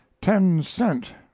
ten-cent